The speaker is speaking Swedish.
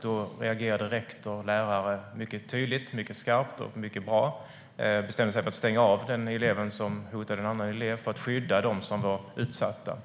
Då reagerade rektor och lärare tydligt, skarpt och bra och bestämde sig för att stänga av den elev som hotade en annan elev för att skydda dem som var utsatta.